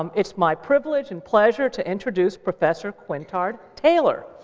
um it's my privilege and pleasure to introduce professor quintard taylor.